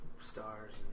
Stars